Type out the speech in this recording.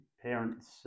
Parents